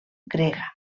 grega